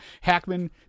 Hackman